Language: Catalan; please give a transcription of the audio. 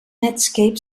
netscape